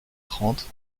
trente